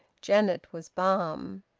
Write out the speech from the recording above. janet was balm.